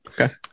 Okay